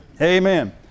Amen